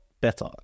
better